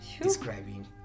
describing